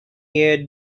year